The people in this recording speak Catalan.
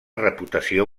reputació